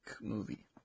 movie